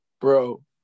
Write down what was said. bro